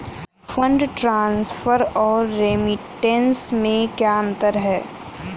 Fund transfer और remittance में क्या अंतर है?